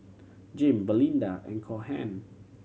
Jim Belinda and Cohen